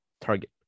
target